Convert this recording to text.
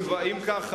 אם כך,